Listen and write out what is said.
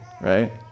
right